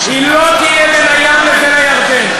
נא לשבת.